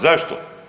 Zašto?